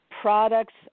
products